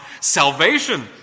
Salvation